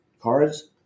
cards